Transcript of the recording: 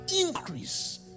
increase